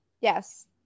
Yes